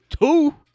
Two